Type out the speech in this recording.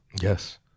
Yes